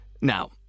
Now